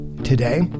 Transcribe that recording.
Today